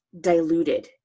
diluted